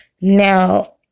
Now